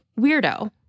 weirdo